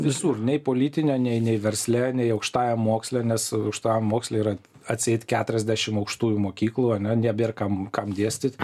visur nei politinio nei nei versle nei aukštajam moksle nes aukštajam moksle yra atseit keturiasdešim aukštųjų mokyklų ane nebėr kam kam dėstyt